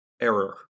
error